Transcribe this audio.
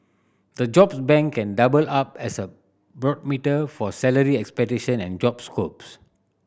the jobs bank can double up as a barometer for salary expectation and job scopes